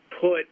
put